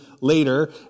later